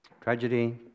tragedy